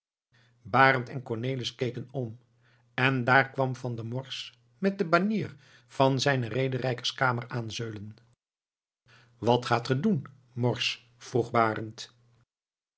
barend en cornelis keken om en daar kwam van der morsch met de banier van zijne rederijkerskamer aanzeulen wat gaat ge doen morsch vroeg barend